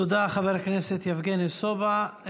תודה, חבר הכנסת יבגני סובה.